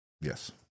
Yes